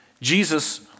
Jesus